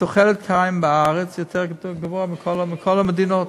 תוחלת החיים בארץ יותר גבוהה מאשר בכל המדינות,